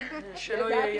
אני יכולה